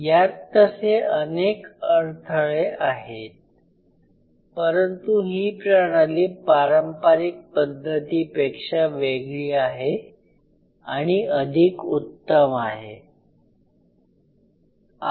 यात तसे अनेक अडथळे आहेत परंतु ही प्रणाली पारंपारिक पद्धतींपेक्षा वेगळी आहे आणि अधिक उत्तम आहे